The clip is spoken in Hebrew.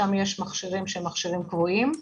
שם יש מכשירים קבועים.